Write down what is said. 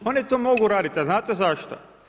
Oni to mogu raditi, a znate zašto?